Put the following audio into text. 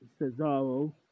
Cesaro